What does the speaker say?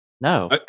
no